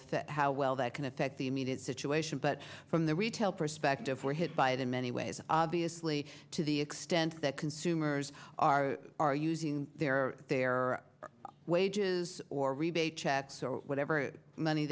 affect how well that can affect the immediate situation but from the retail perspective we're hit by it in many ways obviously to the extent that consumers are are using their their wages or rebate checks or whatever money